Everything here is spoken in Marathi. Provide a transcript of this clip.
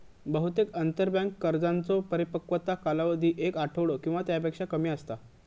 बहुतेक आंतरबँक कर्जांचो परिपक्वता कालावधी एक आठवडो किंवा त्यापेक्षा कमी असता